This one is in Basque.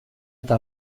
eta